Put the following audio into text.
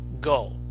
go